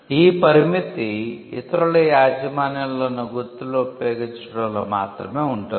ఈ పరిమితి ఇతరుల యాజమాన్యంలో ఉన్న గుర్తులను ఉపయోగించడంలో మాత్రమే ఉంటుంది